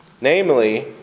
Namely